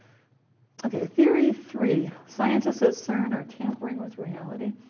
okay, theory three scientists at cern are tampering with reality.